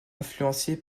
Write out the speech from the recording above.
influencé